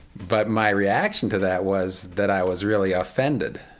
but my reaction to that was that i was really offended.